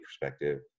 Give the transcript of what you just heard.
perspective